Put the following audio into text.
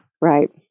Right